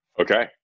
okay